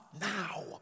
now